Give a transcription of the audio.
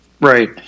Right